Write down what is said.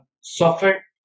software